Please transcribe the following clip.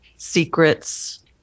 secrets